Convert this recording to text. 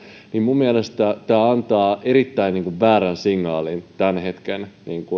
niin minun mielestäni tämä antaa erittäin väärin signaalin tämän hetken